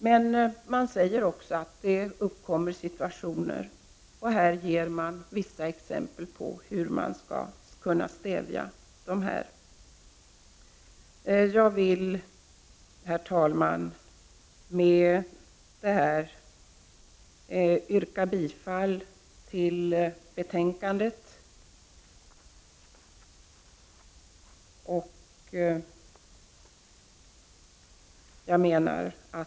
Vidare pekar man på situationer som kan uppkomma och ger vissa exempel på hur vissa företeelser skall kunna stävjas. Jag vill med dessa ord yrka bifall till utskottets hemställan.